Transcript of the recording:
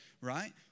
right